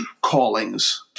callings